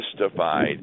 justified